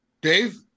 dave